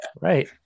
right